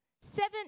Seven